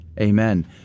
Amen